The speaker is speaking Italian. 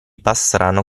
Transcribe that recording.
pastrano